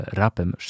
rapem